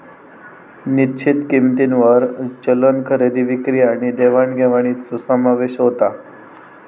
निश्चित किंमतींवर चलन खरेदी विक्री आणि देवाण घेवाणीचो समावेश होता